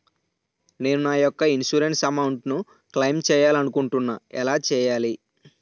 నేను నా యెక్క ఇన్సురెన్స్ అమౌంట్ ను క్లైమ్ చేయాలనుకుంటున్నా ఎలా చేయాలి?